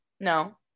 No